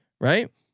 Right